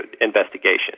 investigation